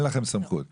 אין לכם סמכות.